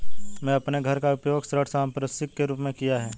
मैंने अपने घर का उपयोग ऋण संपार्श्विक के रूप में किया है